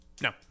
No